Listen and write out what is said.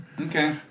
Okay